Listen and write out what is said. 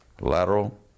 lateral